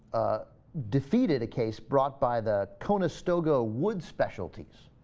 a defeated a case brought by the kona still go wood specialties